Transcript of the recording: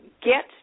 get